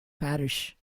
parish